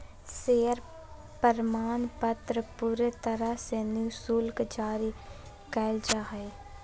share प्रमाणपत्र पूरे तरह से निःशुल्क जारी कइल जा हइ